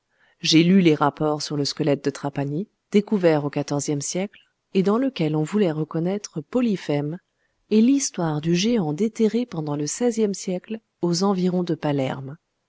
j'ai lu les rapports sur le squelette de trapani découvert au xive siècle et dans lequel on voulait reconnaître polyphème et l'histoire du géant déterré pendant le xvie siècle aux environs de palerme